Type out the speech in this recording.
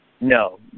No